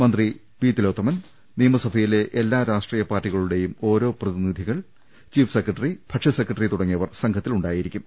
മന്ത്രി പി തിലോ ത്തമൻ നിയമസഭയിലെ എല്ലാ രാഷ്ട്രീയ പാർട്ടികളുടെയും ഓരോ പ്രതി നിധികൾ ചീഫ് സെക്രട്ടറി ഭക്ഷ്യ സെക്രട്ടറി തുടങ്ങിയവർ സംഘത്തിൽ ഉണ്ടായിരിക്കും